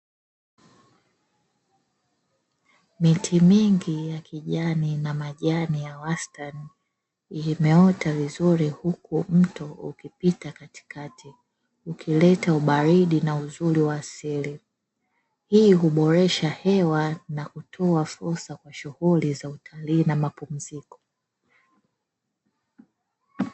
Miti mingi ya kijani na majani ya wastani imeota vizuri, huku mto ukipita katikati, ukileta ubaridi na uzuri wa asili. Hii huboresha hewa na kutoa fursa kwa shughuli za utalii na mapumziko.